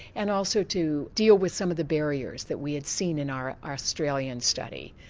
and also to deal with some of the barriers that we had seen in our our australian study.